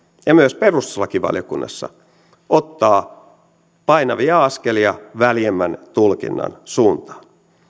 ja myös perustuslakivaliokunnassa ottaa painavia askelia väljemmän tulkinnan suuntaan